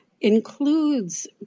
includes